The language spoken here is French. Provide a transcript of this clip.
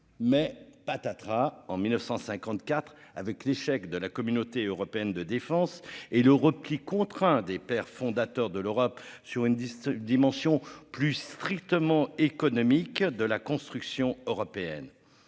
mais patatras en 1954 avec l'échec de la Communauté européenne de défense et le repli contraint des pères fondateurs de l'Europe, sur une distance dimension. Plus strictement économique de la construction européenne.